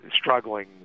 struggling